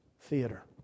theater